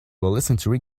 listening